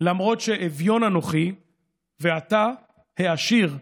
למרות שאביון אנוכי ואתה העשיר,